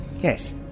yes